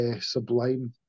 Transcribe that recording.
sublime